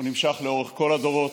הוא נמשך לאורך כל הדורות.